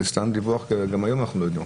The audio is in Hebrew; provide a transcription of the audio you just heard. סתם דיווח גם היום אנחנו לא יודעים.